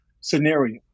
scenario